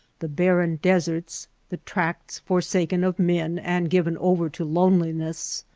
the barren deserts, the tracts for saken of men and given over to loneliness,